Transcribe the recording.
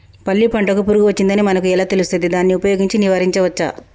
పల్లి పంటకు పురుగు వచ్చిందని మనకు ఎలా తెలుస్తది దాన్ని ఉపయోగించి నివారించవచ్చా?